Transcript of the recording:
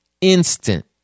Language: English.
instant